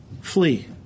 flee